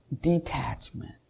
detachment